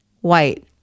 white